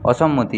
অসম্মতি